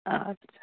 آدسا